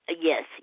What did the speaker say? Yes